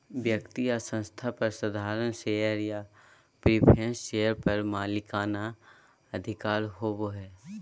व्यक्ति या संस्था पर साधारण शेयर या प्रिफरेंस शेयर पर मालिकाना अधिकार होबो हइ